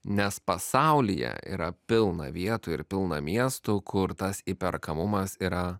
nes pasaulyje yra pilna vietų ir pilna miestų kur tas įperkamumas yra